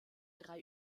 drei